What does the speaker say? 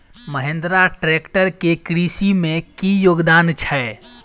Mahindra tractor केँ कृषि मे की योगदान छै?